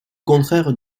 contraire